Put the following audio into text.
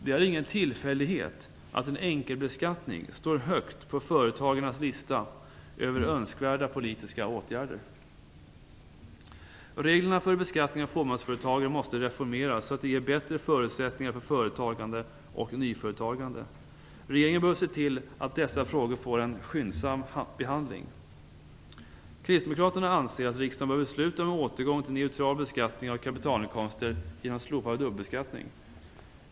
Det är ingen tillfällighet att en enkelbeskattning står högt på företagarnas lista över önskvärda politiska åtgärder. Reglerna för beskattning av delägare i fåmansföretag måste reformeras så att de ger bättre förutsättningar för företagande och nyföretagande. Regeringen bör se till att dessa frågor får en skyndsam behandling. Kristdemokraterna anser att riksdagen bör besluta om en återgång till neutral beskattning av kapitalinkomster genom slopad dubbelbeskattning.